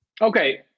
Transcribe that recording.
okay